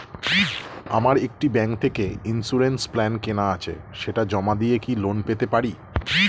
আমার একটি ব্যাংক থেকে ইন্সুরেন্স প্ল্যান কেনা আছে সেটা জমা দিয়ে কি লোন পেতে পারি?